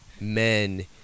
men